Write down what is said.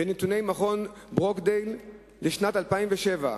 ונתוני מכון ברוקדייל לשנת 2007: